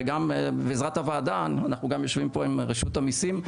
וגם בעזרת הוועדה אנחנו יושבים גם עם רשות המיסים,